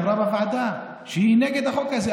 היא אמרה בוועדה שהיא נגד החוק הזה,